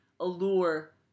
allure